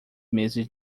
meses